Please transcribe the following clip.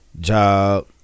job